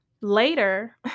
later